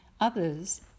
Others